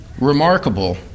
Remarkable